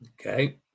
Okay